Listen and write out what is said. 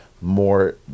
more